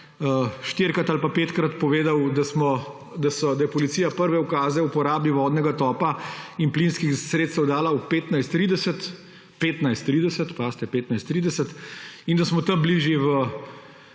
štirikrat ali petkrat povedal, da je policija prve ukaze o uporabi vodnega topa in plinskih sredstev dala ob 15.30, pazite, 15.30, in da smo tam bili že v